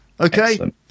Okay